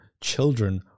children